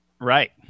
right